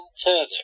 further